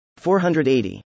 480